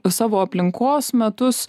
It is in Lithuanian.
savo aplinkos metus